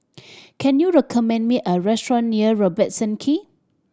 can you recommend me a restaurant near Robertson Quay